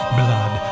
blood